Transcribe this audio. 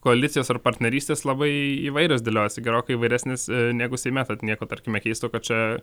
koalicijos ar partnerystės labai įvairios dėliojasi gerokai įvairesnės negu seime tad nieko tarkime keisto kad čia